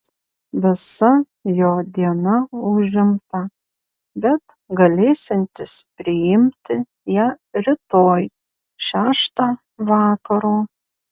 visa jo diena užimta bet galėsiantis priimti ją rytoj šeštą vakaro